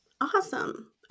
Awesome